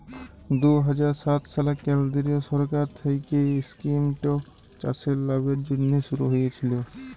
দু হাজার সাত সালে কেলদিরিয় সরকার থ্যাইকে ইস্কিমট চাষের লাভের জ্যনহে শুরু হইয়েছিল